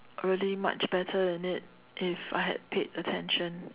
really much better in it if I had paid attention